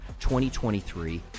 2023